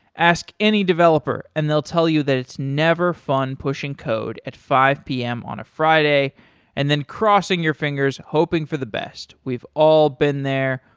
ask any developer and they'll tell you that it's never fun pushing code at five p m. on a friday and then crossing your fingers hoping for the best. we've all been there.